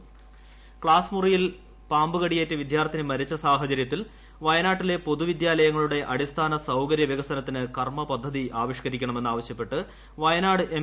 രാഹുൽഗാന്ധി കത്ത് വയനാട് ക്സാസ്സ് മുറിയിൽ പാമ്പു കടിയേറ്റ് വിദ്യാർത്ഥിനി മരിച്ച സാഹചര്യത്തിൽ വയനാട്ടിലെ പൊതു വിദ്യാലയങ്ങളുടെ അടിസ്ഥാന സൌകര്യ വികസനത്തിന് കർമ്മപദ്ധതി ആവിഷ്ക്കരിക്കണമെന്ന് ആവശ്യപ്പെട്ട് വയനാട് എം